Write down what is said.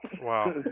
Wow